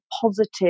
positive